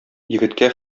егеткә